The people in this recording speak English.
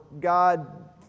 God